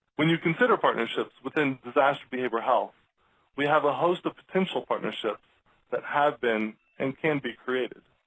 when you consider partnerships within disaster behavioral health we have a host of potential partnerships that have been and can be created.